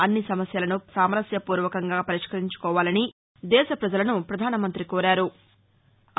అన్ని సమస్యలను సామరస్యపూర్వకంగా వరిష్కరించుకోవాలని దేశ పజలను ప్రపధాన మంతి కోరారు